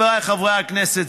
חבריי חברי הכנסת,